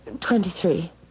Twenty-three